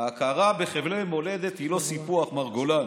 ההכרה בחבלי מולדת היא לא סיפוח, מר גולן.